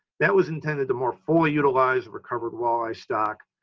that was intended to more fully utilize a recovered walleye stock,